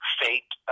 fate